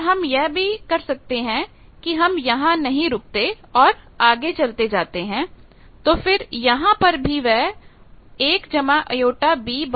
और हम यह भी कर सकते हैं कि हम यहां नहीं रखते और आगे चलते जाते हैं तो फिर यहां पर भी वह 1jB वृत्त को काट रहा है